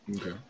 Okay